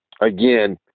Again